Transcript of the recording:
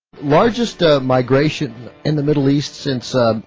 largest ah migration in the middle east since ah.